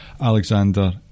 Alexander